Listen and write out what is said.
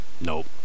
nope